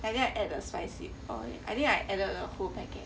and then I add the spicy oil I think I added the whole packet